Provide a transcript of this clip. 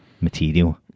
material